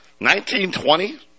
1920